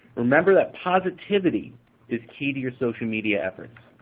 remember that positivity is key to your social media efforts.